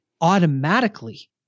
automatically